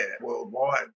worldwide